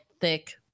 thick